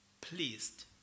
pleased